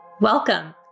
Welcome